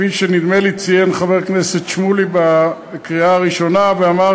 כפי שנדמה לי ציין חבר הכנסת שמולי בקריאה הראשונה ואמר,